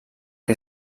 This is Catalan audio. que